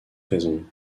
raison